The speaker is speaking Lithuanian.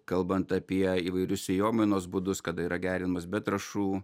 kalbant apie įvairius sėjomainos būdus kada yra gerinamas be trąšų